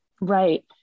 Right